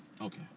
okay